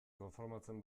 konformatzen